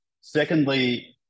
secondly